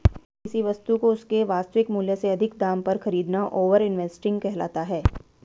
किसी वस्तु को उसके वास्तविक मूल्य से अधिक दाम पर खरीदना ओवर इन्वेस्टिंग कहलाता है